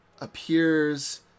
appears